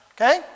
Okay